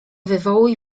wywołuj